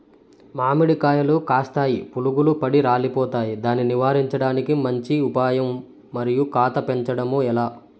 మామిడి కాయలు కాస్తాయి పులుగులు పడి రాలిపోతాయి దాన్ని నివారించడానికి మంచి ఉపాయం మరియు కాత పెంచడము ఏలా?